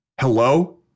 Hello